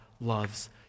loves